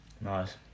nice